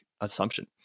assumption